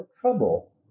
trouble